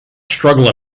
struggle